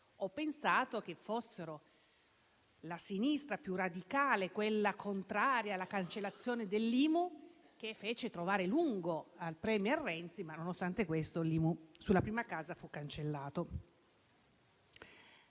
Ho pensato che fosse la sinistra più radicale, quella contraria alla cancellazione dell'IMU che fece inciampare al *premier* Renzi, ma nonostante questo l'IMU sulla prima casa fu cancellata.